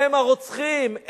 הם, הרוצחים.